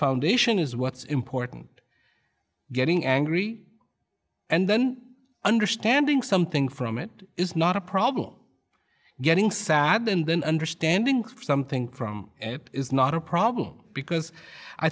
foundation is what's important getting angry and then understanding something from it is not a problem getting sad and then understanding something from it is not a problem because i